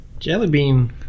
Jellybean